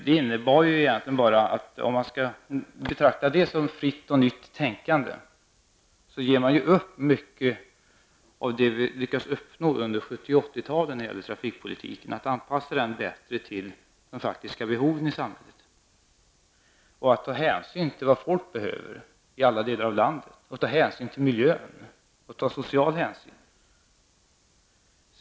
Det innebär egentligen bara att om man skall betrakta detta som fritt och nytt tänkande ger man upp mycket av det som vi lyckades uppnå under 70 talet och 80-talet när det gäller trafikpolitiken, nämligen att anpassa den bättre till de faktiska behoven i samhället, att ta hänsyn till vad folk behöver i olika delar av landet, ta hänsyn till miljön och ta sociala hänsyn.